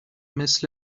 مثل